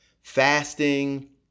fasting